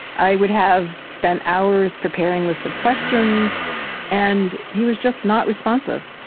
i would have spent hours preparing lists of questions and he was just not responsive.